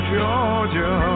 Georgia